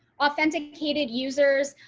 authenticated users,